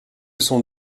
sont